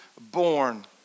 born